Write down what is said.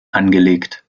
angelegt